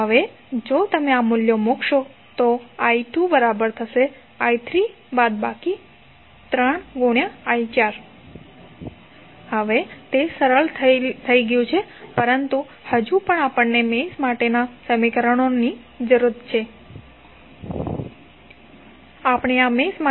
તો હવે જો તમે આ મૂલ્યો મૂકશો તો તમને i2i3 3i4 મળશે તેથી હવે તે સરળ થયેલ છે પરંતુ હજી પણ આપણને આ મેશ માટેના સમીકરણની જરૂર છે તેથી આપણે શું લખીશું